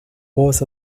was